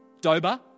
Doba